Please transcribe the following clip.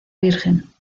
virgen